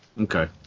Okay